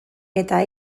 eta